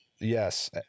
Yes